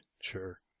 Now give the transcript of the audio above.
Sure